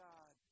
God